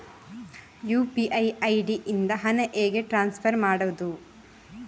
UPI ID ಇಂದ ಹಣ ಹೇಗೆ ಟ್ರಾನ್ಸ್ಫರ್ ಮಾಡುದು?